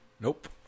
Nope